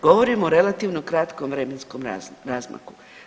Govorim o relativno kratkom vremenskom razmaku.